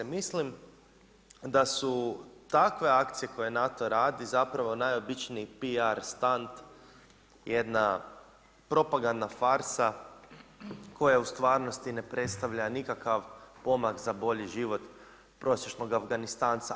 Mislim da su takve akcije koje NATO radi zapravo najobičniji PR stand jedna propagandna farsa koja u stvarnosti ne predstavlja nikakav pomak za bolji život prosječnog Afganistanca.